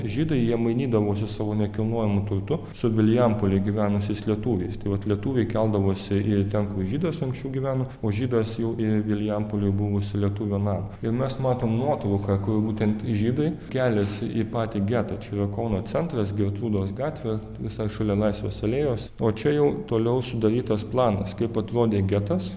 žydai jie mainydavosi savo nekilnojamu turtu su vilijampolėj gyvenusiais lietuviais tai vat lietuviai keldavosi į ten kur žydas anksčiau gyveno o žydas jau į vilijampolėj buvusį lietuvio namą ir mes matom nuotrauką kur būtent žydai keliasi į patį getą čia yra kauno centras gertrūdos gatvė visai šalia laisvės alėjos o čia jau toliau sudarytas planas kaip atrodė getas